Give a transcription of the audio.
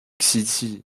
city